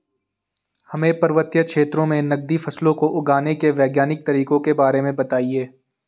हमें पर्वतीय क्षेत्रों में नगदी फसलों को उगाने के वैज्ञानिक तरीकों के बारे में बताइये?